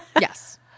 Yes